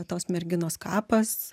tos merginos kapas